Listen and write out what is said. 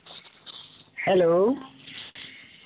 hello